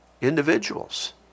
individuals